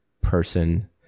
person